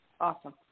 Awesome